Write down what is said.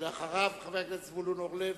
אחריו, חבר הכנסת זבולון אורלב,